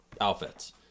outfits